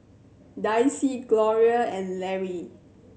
Dicie Gloria and Lary